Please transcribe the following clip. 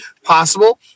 possible